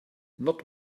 not